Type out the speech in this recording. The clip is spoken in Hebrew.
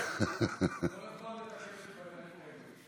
אתה כל הזמן מתקן אותי בדברים כאלה.